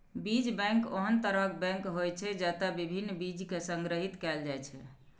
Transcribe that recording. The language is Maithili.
बीज बैंक ओहन तरहक बैंक होइ छै, जतय विभिन्न बीज कें संग्रहीत कैल जाइ छै